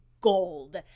gold